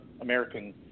American